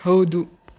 ಹೌದು